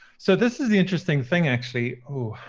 so this is the interesting thing, actually. oh,